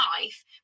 life